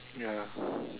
ya